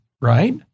right